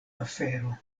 afero